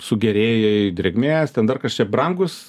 sugėrėjai drėgmės ten dar kas čia brangūs